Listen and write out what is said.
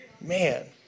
Man